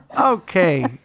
okay